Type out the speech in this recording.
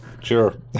sure